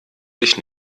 sich